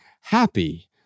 happy